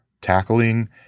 tackling